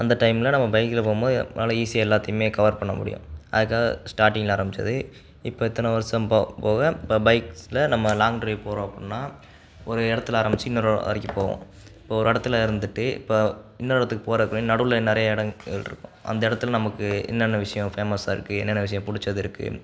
அந்த டைமில் நம்ம பைக்கில் போகும்போது நல்லா ஈஸியாக எல்லாத்தையுமே கவர் பண்ண முடியும் அதுக்காக ஸ்டார்டிங்கில் ஆரம்பித்தது இப்போ இத்தனை வருஷம் போக போக இப்போ பைக்ல நம்ம லாங் ட்ரைவ் போகிறோம் அப்புடின்னா ஒரு இடத்துல ஆரம்பித்து இன்னொரு வரைக்கும் போவோம் இப்போது ஒரு இடத்துல இருந்துட்டு இப்போ இன்னொரு இடத்துக்கு போகிறப்பயும் நடுவில் நிறையா இடங்கள் இருக்கும் அந்த இடத்துல நமக்கு என்னென்ன விஷயம் ஃபேமஸாக இருக்குது என்னென்ன விஷயம் பிடிச்சது இருக்குது